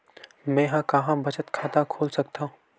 मेंहा कहां बचत खाता खोल सकथव?